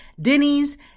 Denny's